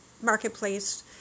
marketplace